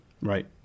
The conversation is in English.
right